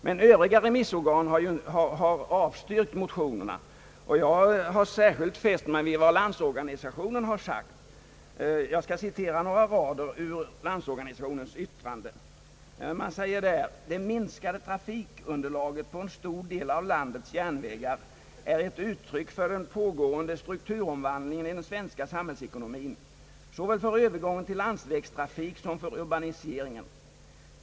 Men övriga remissorgan har avstyrkt motionerna, och jag har särskilt fäst mig vid vad Landsorganisationen har sagt. Jag skall citera några rader ur Landsorganisationens yttrande, Det heter där: »Det minskade trafikunderlaget på en stor del av landets järnvägar är ett uttryck för den pågående strukturomvandlingen i den svenska samhällsekonomien; såväl för övergången till landsvägstrafik som för urbaniseringen.